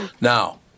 Now